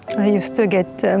i used to get